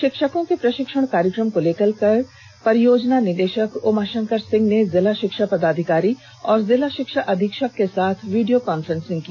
षिक्षकों के प्रषिक्षण कार्यक्रम को लेकर कल परियोजना निदेषक उमाषंकर सिंह ने जिला षिक्षा पदाधिकारी और जिला षिक्षा अधीक्षक के साथ वीडियो कॉन्फ्रेंसिंग की